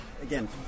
again